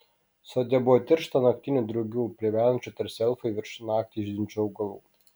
sode buvo tiršta naktinių drugių plevenančių tarsi elfai virš naktį žydinčių augalų